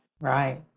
Right